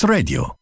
Radio